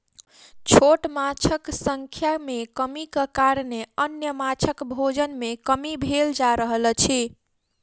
छोट माँछक संख्या मे कमीक कारणेँ अन्य माँछक भोजन मे कमी भेल जा रहल अछि